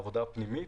העבודה הפנימית,